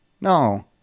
no